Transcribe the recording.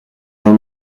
jean